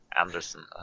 Anderson